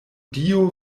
dio